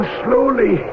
slowly